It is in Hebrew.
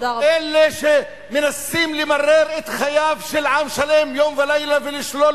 אלה שמנסים למרר את חייו של עם שלם יום ולילה ולשלול